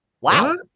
Wow